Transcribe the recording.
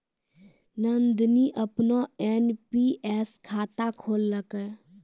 नंदनी अपनो एन.पी.एस खाता खोललकै